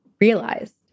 realized